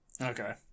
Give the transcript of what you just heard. Okay